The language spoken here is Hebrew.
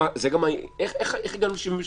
איך הגענו ל-72?